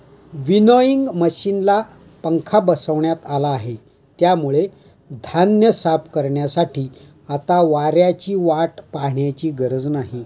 winnowing मशिनला पंखा बसवण्यात आला आहे, त्यामुळे धान्य साफ करण्यासाठी आता वाऱ्याची वाट पाहण्याची गरज नाही